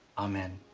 amen.